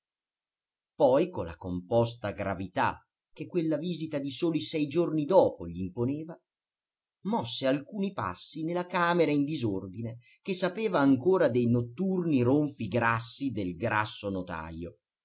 poi con la composta gravità che quella visita di soli sei giorni dopo gl'imponeva mosse alcuni passi nella camera in disordine che sapeva ancora dei notturni ronfi grassi del grasso notajo